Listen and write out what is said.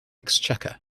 exchequer